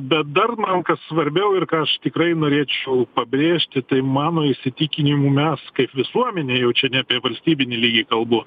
bet dar man kas svarbiau ir ką aš tikrai norėčiau pabrėžti tai mano įsitikinimu mes kaip visuomenė jau čia ne apie valstybinį lygį kalbu